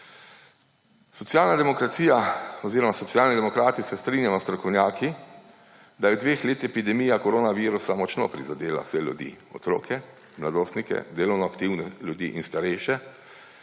Socialna demokracija oziroma Socialni demokrati se strinjamo s strokovnjaki, da je v dveh letih epidemija koronavirusa močno prizadela vse ljudi, otroke, mladostnike, delovno aktivne ljudi in starejše.